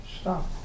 Stop